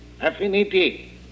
affinity